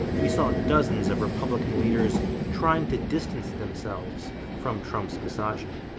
we saw dozens of republican leaders trying to distance themselves from trump's misogyny,